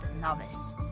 novice